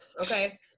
okay